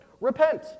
Repent